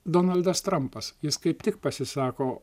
donaldas trampas jis kaip tik pasisako